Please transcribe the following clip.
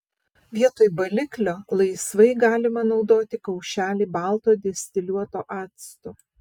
vietoj baliklio laisvai galima naudoti kaušelį balto distiliuoto acto